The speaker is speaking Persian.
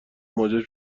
موجب